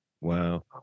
Wow